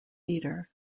theater